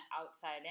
outside